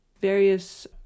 various